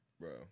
bro